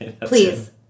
Please